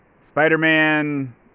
Spider-Man